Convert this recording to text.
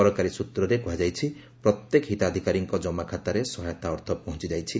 ସରକାରୀ ସ୍ତ୍ରରେ କୁହାଯାଇଛି ପ୍ରତ୍ୟେକ ହିତାଧିକାରୀଙ୍କ ଜମାଖାତାରେ ସହାୟତା ଅର୍ଥ ପହଞ୍ଚ ଯାଇଛି